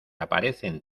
aparecen